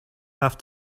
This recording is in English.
have